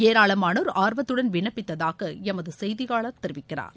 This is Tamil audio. ஏராளமானோர் ஆர்வத்துடன் விண்ணப்பித்ததாக எமது செய்தியாளர் தெரிவிக்கிறார்